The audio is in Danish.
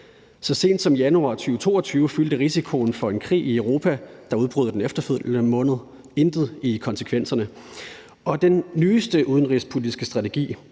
Så sent som i januar 2022 fyldte risikoen for en krig i Europa, der brød ud den efterfølgende måned, intet i strategierne. Og den nyeste udenrigspolitiske strategi,